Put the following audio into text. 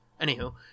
Anywho